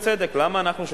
בצדק: למה אנחנו,